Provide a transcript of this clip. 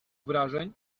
wrażeń